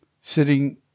sitting